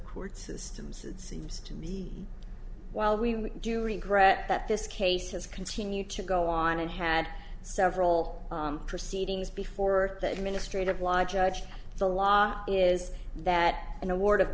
court systems it seems to me while we do regret that this case has continued to go on and had several proceedings before the administrative law judge the law is that an award of